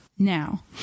Now